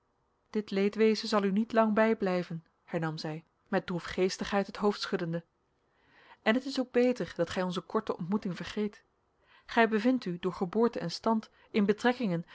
dit leedwezen zal u niet lang bijblijven hernam zij met droefgeestigheid het hoofd schuddende en het is ook beter dat gij onze korte ontmoeting vergeet gij bevindt u door geboorte en stand in betrekkingen